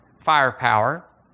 firepower